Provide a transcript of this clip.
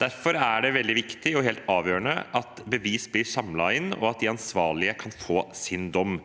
Derfor er det veldig viktig og helt avgjørende at bevis blir samlet inn, og at de ansvarlige kan få sin dom.